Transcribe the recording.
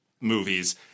Movies